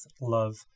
love